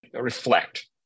reflect